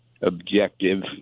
objective